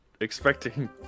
expecting